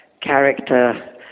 character